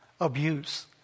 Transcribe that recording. abuse